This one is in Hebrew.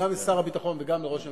גם לשר הביטחון וגם לראש הממשלה,